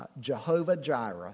Jehovah-Jireh